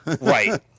right